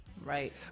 Right